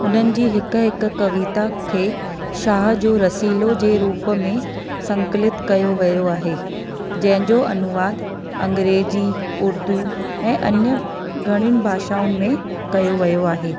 उन्हनि जी हिक हिक कविता खे शाह जो रसिलो जे रुप में संकलित कयो वयो आहे जंहिंजो अनुवाद अंग्रेजी उर्दू ऐं अन्य घणियुनि भाषाउनि में कयो वियो आहे